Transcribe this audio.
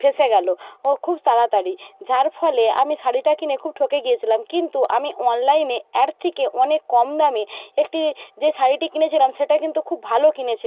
ফেঁসে গেল ও খুব তাড়াতাড়ি যার ফলে আমি শাড়িটা কিনে খুব ঠকে গিয়েছিলাম কিন্তু আমি অনলাইনে এর থেকে অনেক কম দামে একটি যে শাড়িটি কিনেছিলাম সেটা কিন্তু খুব ভালো কিনেছিলাম